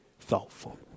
thoughtful